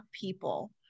people